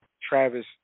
Travis